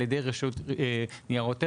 על ידי רשות ניירות ערך?